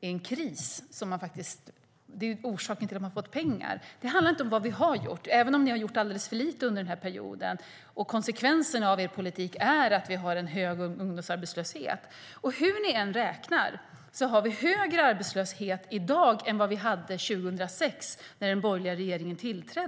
en kris - det som är orsaken till att man har fått pengar. Det handlar inte om vad ni har gjort, även om ni har gjort alldeles för lite under perioden och konsekvenserna av er politik är att vi har hög ungdomsarbetslöshet. Hur ni än räknar har vi högre arbetslöshet i dag än vi hade 2006, när den borgerliga regeringen tillträdde.